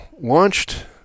launched